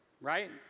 right